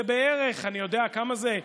זה בערך, אני יודע כמה זה?